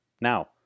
Now